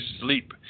sleep